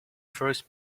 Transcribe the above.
first